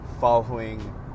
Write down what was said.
following